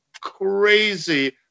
crazy